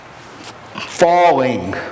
Falling